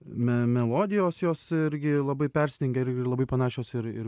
me melodijos jos irgi labai persidengia ir irgi labai panašios ir ir